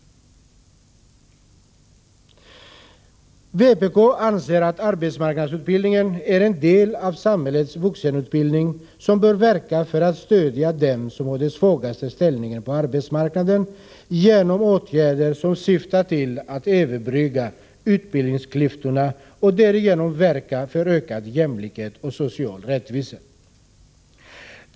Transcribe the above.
Vi i vpk anser att arbetsmarknadsutbildningen är en del av samhällets vuxenutbildning och att den bör verka för att stödja dem som har den svagaste ställningen på arbetsmarknaden, genom åtgärder som syftar till att överbrygga utbildningsklyftorna och som därigenom verkar för ökad jämlikhet och social rättvisa.